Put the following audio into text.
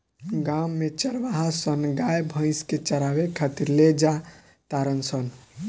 गांव में चारवाहा सन गाय भइस के चारावे खातिर ले जा तारण सन